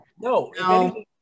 No